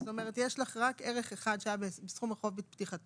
זאת אומרת יש לך רק ערך אחד שהיה סכום החוב בפתיחתו.